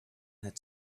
had